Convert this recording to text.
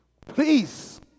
please